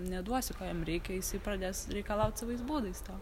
neduosi ko jam reikia jisai pradės reikalaut savais būdais to